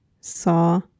saw